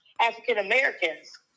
african-americans